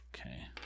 Okay